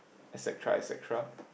et-cetera et-cetera